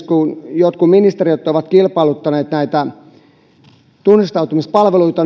kun esimerkiksi jotkut ministeriöt ovat kilpailuttaneet näitä tunnistautumispalveluita